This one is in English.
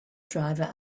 driver